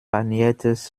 paniertes